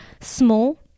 small